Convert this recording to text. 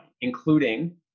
including